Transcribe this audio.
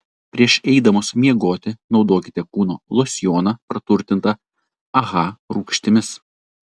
prieš eidamos miegoti naudokite kūno losjoną praturtintą aha rūgštimis